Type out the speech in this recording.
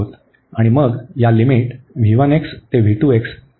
आणि मग या लिमिट ते पर्यंत घेत आहोत